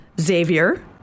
Xavier